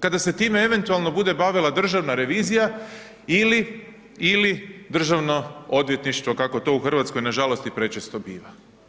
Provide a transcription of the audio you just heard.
kada se time eventualno bude bavila Državna revizija ili Državno odvjetništvo, kako to u RH nažalost i prečesto i biva.